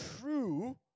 true